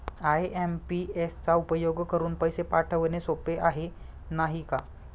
IMPS चा उपयोग करुन पैसे पाठवणे सोपे आहे, नाही का